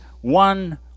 one